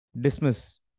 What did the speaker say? dismiss